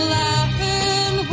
laughing